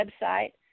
website